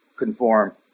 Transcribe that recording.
Conform